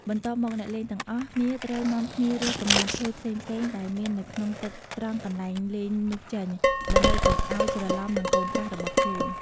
បន្ទាប់មក អ្នកលេងទាំងអស់គ្នាត្រូវនាំគ្នារើសកំណាត់ឈើផ្សេងៗដែលមាននៅក្នុងទឹកត្រង់កន្លែងលេងនោះចេញ ដើម្បីកុំឲ្យច្រឡំនឹង "កូនកាស" របស់ខ្លួន។